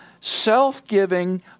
self-giving